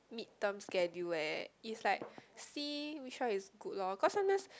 mid terms schedule eh is like see which one is good lor cause sometimes